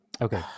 Okay